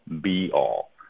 be-all